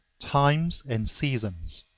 times and seasons.